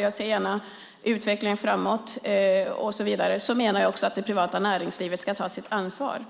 Jag ser gärna utvecklingen framåt, och jag menar att det privata näringslivet också ska ta sitt ansvar.